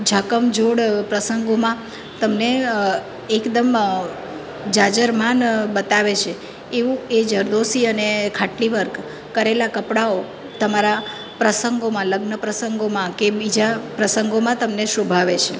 ઝાકમઝોળ પ્રસંગોમાં તમને એકદમ ઝાઝરમાન બતાવે છે એવું એ ઝરદોષી અને ખાટલી વર્ક કરેલા કપડાઓ તમારા પ્રસંગોમાં લગ્નોમાં લગ્ન પ્રસંગોમાં કે બીજા પ્રસંગોમાં તમને શોભાવે છે